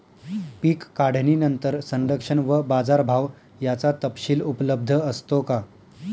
पीक काढणीनंतर संरक्षण व बाजारभाव याचा तपशील उपलब्ध असतो का?